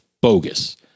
bogus